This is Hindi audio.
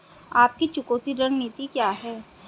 आपकी चुकौती रणनीति क्या है?